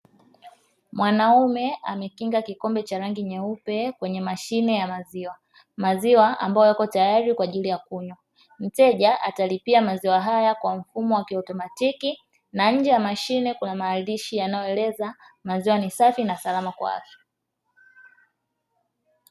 Mwanaume amekinga kikombe cha rangi nyeupe kwenye mashine ya maziwa, maziwa ambayo yako tayari kwa ajili ya kunywa mteja atalipia maziwa haya kwa mfumo wa kiautomatiki na nje ya mashine kuna maandishi yanayoeleza maziwa ni safi na salama kwa afya.